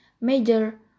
major